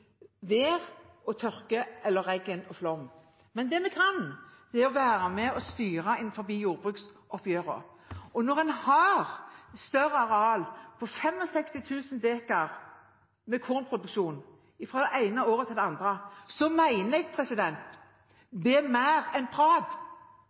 tørke, regn eller flom. Men det vi kan, er å være med på å styre innenfor jordbruksoppgjørene. Når en har større areal, på 65 000 dekar, med kornproduksjon fra det ene året til det andre, mener jeg